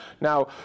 Now